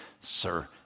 Sir